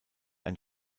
ein